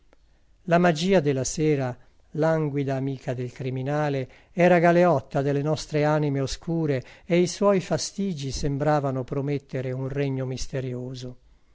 la magia della sera languida amica del criminale era galeotta delle nostre anime oscure e i suoi fastigi sembravano promettere un regno misterioso